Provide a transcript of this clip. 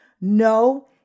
No